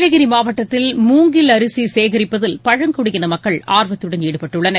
நீலகிரி மாவட்டத்தில் மூங்கில் அரிசி சேகரிப்பதில் பழங்குடியின மக்கள் ஆர்வத்துடன் ஈடுபட்டுள்ளனர்